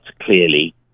clearly